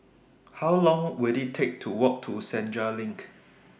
How Long Will IT Take to Walk to Senja LINK